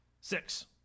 six